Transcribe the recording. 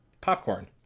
popcorn